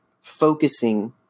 focusing